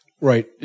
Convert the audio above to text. Right